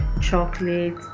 chocolate